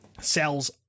sells